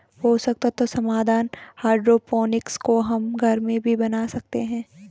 पोषक तत्व समाधान हाइड्रोपोनिक्स को हम घर में भी बना सकते हैं